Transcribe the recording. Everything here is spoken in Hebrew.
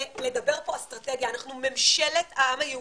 לדבר פה אסטרטגיה, אנחנו ממשלת העם היהודי.